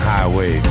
Highway